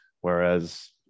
Whereas